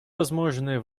возможные